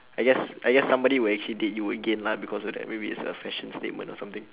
I guess I guess somebody would actually date you again lah because of that way maybe is fashion statement or something